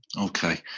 Okay